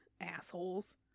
Assholes